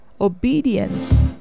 obedience